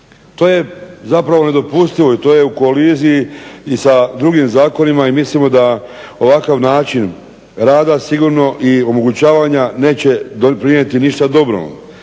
To je zapravo nedopustivo i to je u koliziji i sa drugim zakonima i mislimo da ovakav način rada sigurno omogućavanja neće doprinijeti ništa dobrom.